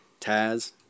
Taz